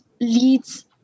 leads